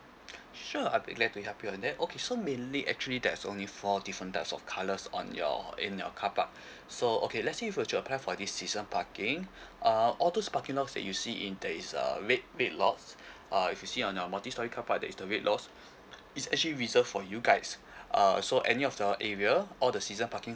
sure I'll be glad to help you on that okay so mainly actually there's only four different types of colours on your in your car park so okay let say if you were to apply for this season parking uh all those parking lots that you see in there is err red red lots uh if you see on your multi storey car park there is the red lots it's actually reserved for you guys err so any of the area all the season parking